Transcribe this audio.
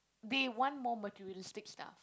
they want more materialistic stuff